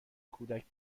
کودک